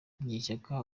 munyeshyaka